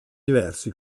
diversi